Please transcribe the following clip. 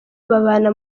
babana